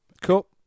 Cool